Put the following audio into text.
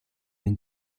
den